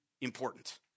important